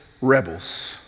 rebels